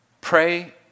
Pray